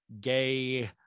gay